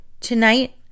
Tonight